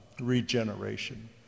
regeneration